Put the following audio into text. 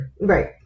Right